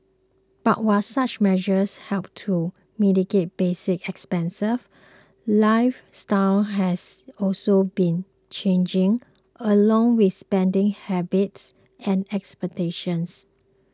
but while such measures help to mitigate basic expenses lifestyles has also been changing along with spending habits and expectations